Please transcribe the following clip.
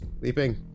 Leaping